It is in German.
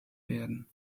werden